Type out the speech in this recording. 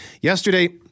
yesterday